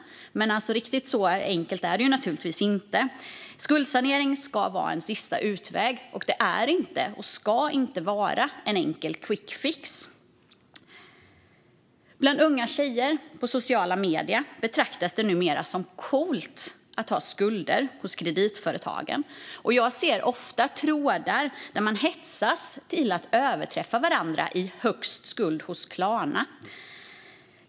Men riktigt så enkelt är det naturligtvis inte. Skuldsanering ska vara en sista utväg, och det är inte och ska inte vara en enkel quickfix. Bland unga tjejer på sociala medier betraktas det numera som coolt att ha skulder hos kreditföretagen, och jag ser ofta trådar där man hetsats till att överträffa varandra i högst skuld hos Klarna.